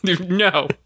no